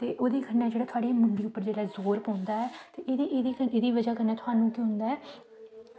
ते ओह्दी बजह कन्नै साढ़ी मुंडी पर जेह्ड़ा जोर पौंदा ऐ ते एह्दी बजह कन्नै थुहानू तुंदा ऐ